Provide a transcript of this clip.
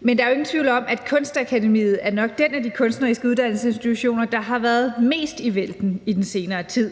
Men der er jo ingen tvivl om, at Kunstakademiet nok er den af de kunstneriske uddannelsesinstitutioner, der har været mest i vælten i den senere tid.